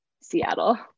Seattle